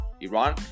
Iran